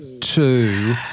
Two